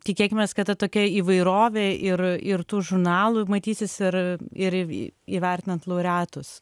tikėkimės kad tokia įvairovė ir ir tų žurnalų matysis ir ir įvertinant laureatus